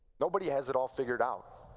nobody has it all figured out.